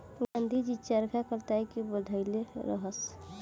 गाँधी जी चरखा कताई के बढ़इले रहस